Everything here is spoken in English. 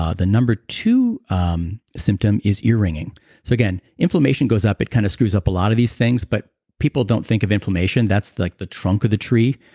ah the number two um symptom is ear ringing so, again, inflammation goes up, it kind of screws up a lot of these things, but people don't think of inflammation. that's like the trunk of the tree.